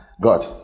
God